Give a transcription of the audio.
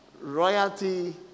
royalty